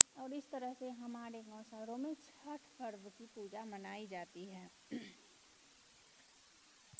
और इस तरह से हमारे गांव शहरों में छठ पर्व की पूजा मनाई जाती है